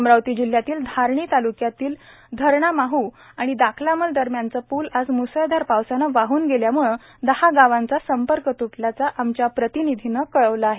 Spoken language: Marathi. अमरावती जिल्ह्यातील धारणी तालुक्यातील धरणामह आणि दाखलामल दरम्यानचा पुल आज मुसळधार पावसानं वाहन गेल्याम्ळं दहा गावांचा संपर्क त्टल्याचा आमच्या प्रतिनिधीनं कळवलं आहे